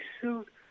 suit